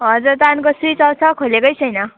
हजुर त्यहाँदेखिन्को switch off छ खोलिएकै छैन